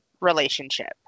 relationship